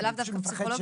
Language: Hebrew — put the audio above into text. זה לאו דווקא פסיכולוגים,